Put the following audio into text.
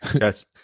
Yes